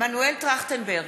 מנואל טרכטנברג,